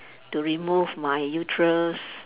to remove my uterus